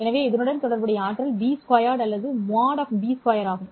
எனவே இதனுடன் தொடர்புடைய ஆற்றல் b2 அல்லது மோட் b2 ஆகும்